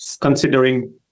considering